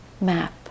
map